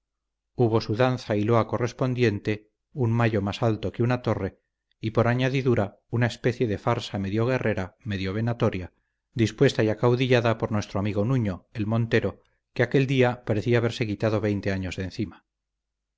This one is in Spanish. hubo su danza y loa correspondiente un mayo más alto que una torre y por añadidura una especie de farsa medio guerrera medio venatoria dispuesta y acaudillada por nuestro amigo nuño el montero que aquel día parecía haberse quitado veinte años de encima